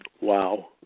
Wow